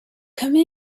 come